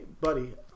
buddy